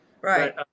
Right